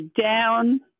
down